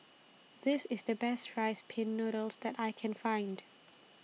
This IS The Best Rice Pin Noodles that I Can Find